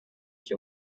die